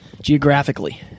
geographically